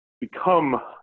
become